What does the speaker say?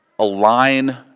align